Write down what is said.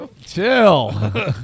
Chill